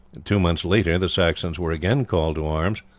two months later the saxons were again called to arms.